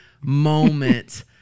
moment